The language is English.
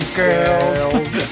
girls